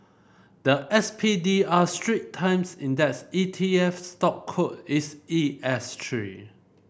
the S P D R Strait Times Index E T F stock code is E S three